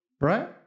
Right